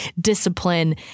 discipline